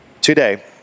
today